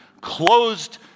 closed